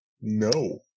No